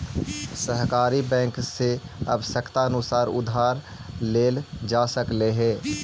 सहकारी बैंक से आवश्यकतानुसार उधार लेल जा सकऽ हइ